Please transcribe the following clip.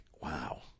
wow